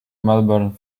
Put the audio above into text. melbourne